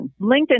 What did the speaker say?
LinkedIn